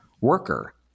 worker